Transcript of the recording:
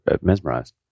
mesmerized